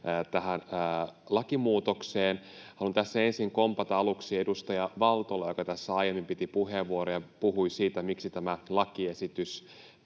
tähän lakimuutokseen. Haluan aluksi kompata edustaja Valtolaa, joka tässä aiemmin piti puheenvuoron ja puhui siitä, miksi tämä lakiesitys